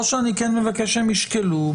או שאני כן מבקש שהם ישקלו,